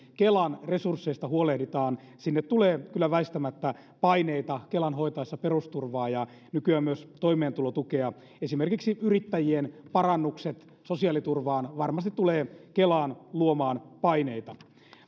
kelan resursseista huolehditaan sinne tulee kyllä väistämättä paineita kelan hoitaessa perusturvaa ja nykyään myös toimeentulotukea esimerkiksi parannukset yrittäjien sosiaaliturvaan varmasti tulevat kelaan luomaan paineita